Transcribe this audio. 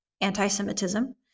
anti-Semitism